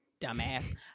dumbass